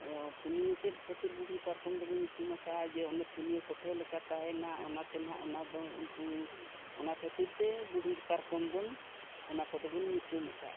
ᱯᱩᱱᱭᱟᱹ ᱪᱮᱫ ᱠᱷᱟᱹᱛᱤᱨ ᱵᱩᱰᱷᱤ ᱯᱟᱨᱠᱚᱢ ᱫᱚᱵᱚᱱ ᱧᱩᱛᱩᱢ ᱟᱠᱟᱫᱟ ᱡᱮ ᱚᱱᱮ ᱯᱩᱱᱭᱟᱹ ᱠᱚᱴᱷᱮ ᱞᱮᱠᱟ ᱛᱟᱦᱮᱱᱟ ᱚᱱᱟᱛᱮ ᱱᱟᱦᱟᱜ ᱚᱱᱟ ᱫᱚ ᱩᱱᱠᱩ ᱚᱱᱟ ᱠᱷᱟᱹᱛᱤᱨ ᱛᱮ ᱵᱩᱰᱷᱤ ᱯᱟᱨᱠᱚᱢ ᱵᱚᱱ ᱚᱱᱟ ᱠᱚᱫᱚ ᱵᱚᱱ ᱧᱩᱛᱩᱢ ᱟᱠᱟᱫᱼᱟ